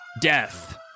death